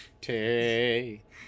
Take